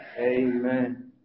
Amen